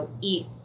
eat